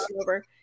over